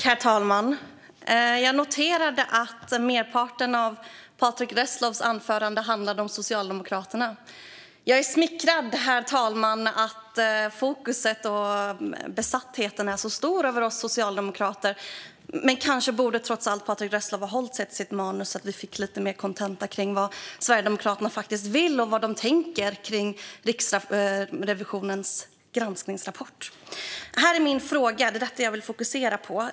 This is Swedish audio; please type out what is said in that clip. Herr talman! Jag noterade att merparten av Patrick Reslows anförande handlade om Socialdemokraterna. Jag är smickrad, herr talman, över att det är en så stor besatthet och ett så stort fokus på oss socialdemokrater. Men kanske borde Patrick Reslow trots allt ha hållit sig till sitt manus så att vi hade kunnat få lite kontenta kring vad Sverigedemokraterna faktiskt vill och vad de tänker kring Riksrevisionens granskningsrapport. Jag har en fråga som jag vill fokusera på.